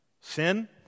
Sin